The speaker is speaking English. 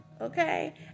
okay